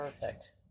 perfect